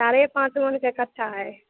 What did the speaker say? अरे पाँच मन का एक कट्ठा है